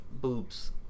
boobs